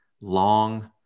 long